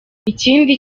ikindi